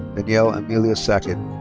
danielle amelia sackett.